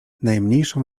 najmniejszą